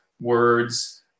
words